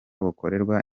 bukorerwa